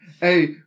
Hey